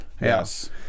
yes